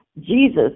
Jesus